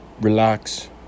relax